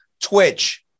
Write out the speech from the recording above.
Twitch